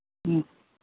ம்